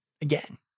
Again